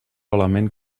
element